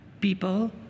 people